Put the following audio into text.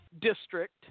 district